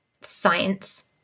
science